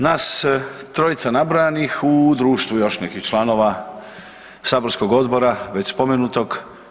Nas trojica nabrojanih u društvu još nekih članova saborskog odbora već spomenutog.